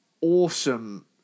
awesome